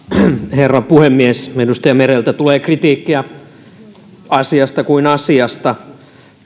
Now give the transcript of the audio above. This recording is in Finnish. herra puhemies edustaja mereltä tulee kritiikkiä asiasta kuin asiasta